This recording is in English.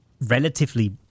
relatively